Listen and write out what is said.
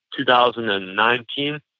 2019